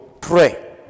pray